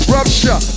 Rupture